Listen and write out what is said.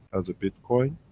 as a bitcoin,